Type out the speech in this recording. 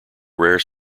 rare